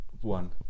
one